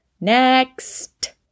Next